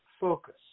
focus